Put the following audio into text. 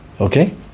Okay